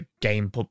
game